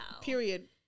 Period